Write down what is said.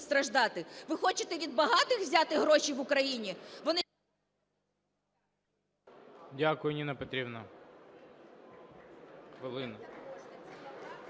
Ви хочете від багатих взяти гроші в Україні?